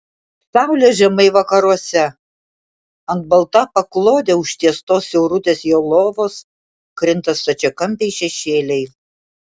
saulė žemai vakaruose ant balta paklode užtiestos siaurutės jo lovos krinta stačiakampiai šešėliai